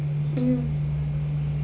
mm